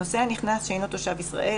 מנסים בדרכים שונות לתקוף את הנושא הזה,